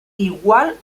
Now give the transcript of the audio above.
igual